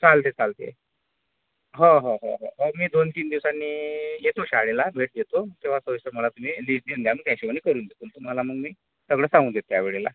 चालते चालते हो हो हो हो हो मी दोन तीन दिवसांनी येतो शाळेला भेट देतो तेव्हा सविस्तर मला तुम्ही लिस्ट लिहून द्या त्या हिशेबाने करून देतो तुम्हाला मग मी सगळं सांगून देईल त्यावेळेला